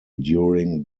during